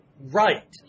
right